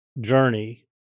journey